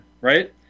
Right